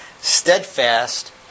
steadfast